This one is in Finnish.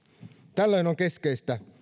tällöin on keskeistä